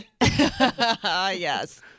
Yes